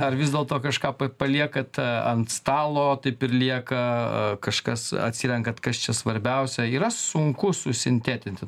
ar vis dėlto kažką paliekat ant stalo taip ir lieka kažkas atsirenkat kas čia svarbiausia yra sunku susintetinti